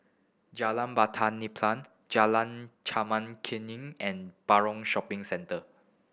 Jalan Batu Nilam Jalan Chempaka Kuning and Paragon Shopping Centre